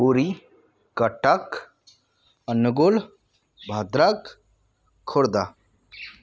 Puri Cuttack Angul Bhadrak Khordha